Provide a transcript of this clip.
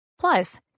Plus